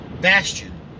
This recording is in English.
Bastion